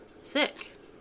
sick